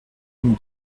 une